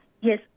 Yes